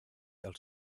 del